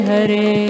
Hare